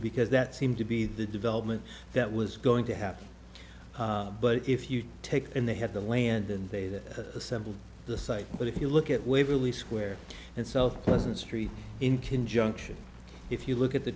because that seemed to be the development that was going to happen but if you take and they had the land and they assemble the site but if you look at waverly square and selflessness street in conjunction if you look at the